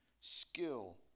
skill